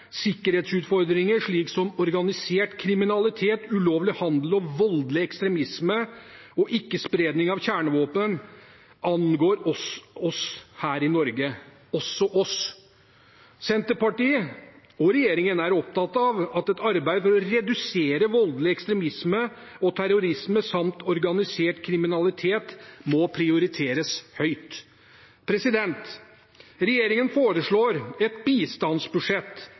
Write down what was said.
sikkerhetsutfordringer, slik som organisert kriminalitet, ulovlig handel, voldelig ekstremisme og spredning av kjernevåpen, angår også oss her i Norge. Senterpartiet og regjeringen er opptatt av at et arbeid for å redusere voldelig ekstremisme og terrorisme samt organisert kriminalitet må prioriteres høyt. Regjeringen foreslår et bistandsbudsjett